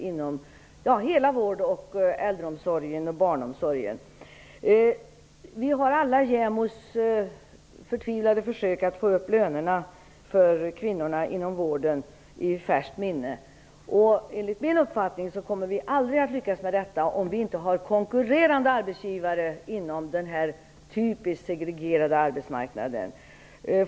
Vi har i färskt minne JämO:s förtvivlade försök att få upp lönerna för kvinnor inom vården. Enligt min uppfattning kommer vi aldrig att lyckas med detta om det inte finns konkurrerande arbetsgivare inom denna typiskt segregerade sektor av arbetsmarknaden.